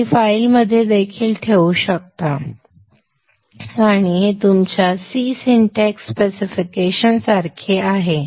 तुम्ही फाइलमध्ये देखील ठेवू शकता आणि हे तुमच्या C सिंटॅक्स स्पेसिफिकेशन सारखे आहे